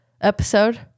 episode